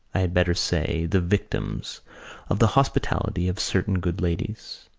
i had better say, the victims of the hospitality of certain good ladies.